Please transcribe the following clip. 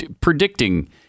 predicting